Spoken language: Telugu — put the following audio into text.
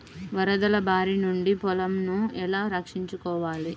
వరదల భారి నుండి నా పొలంను ఎలా రక్షించుకోవాలి?